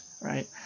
right